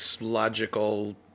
logical